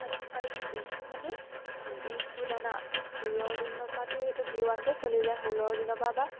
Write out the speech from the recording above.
আৰু যিটো মানে বি টু দানা ষোলৰ দিনৰ পৰা সেইটো বি ৱানটোৱে চলি যায় ষোলৰ দিনৰ পৰা বা